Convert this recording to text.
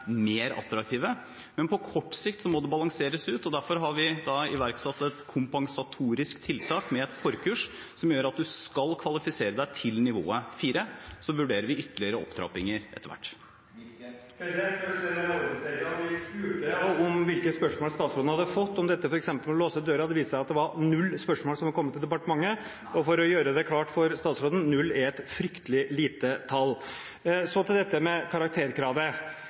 mer attraktive. Men på kort sikt må det balanseres ut, derfor har vi iverksatt et kompensatorisk tiltak med et forkurs, som gjør at man skal kvalifisere seg til nivået 4. Så vurderer vi ytterligere opptrappinger etter hvert. Først til det med ordensreglene: Vi spurte om hvilke spørsmål statsråden hadde fått om f.eks. dette med å låse døra. Det viste seg at det var null spørsmål som var kommet til departementet, og for å gjøre det klart for statsråden: Null er et fryktelig lite tall. Så til dette med karakterkravet: